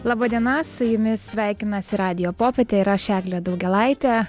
laba diena su jumis sveikinasi radijo popietė ir aš eglė daugėlaitė